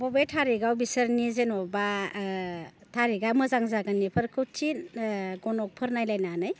बबे थारिगआव बिसोरनि जेन'बा थारिगा मोजां जागोन बेफोरखौ थि गनकफोर नायलायनानै